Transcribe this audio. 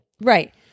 Right